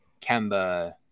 Kemba